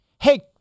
Hey